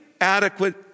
adequate